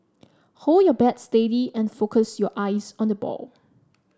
hold your bat steady and focus your eyes on the ball